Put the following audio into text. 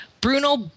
Bruno